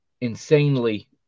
insanely